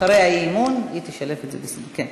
אחרי האי-אמון היא תשלב את זה בסדר-היום.